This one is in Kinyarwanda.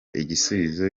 igisubizo